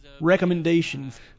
Recommendations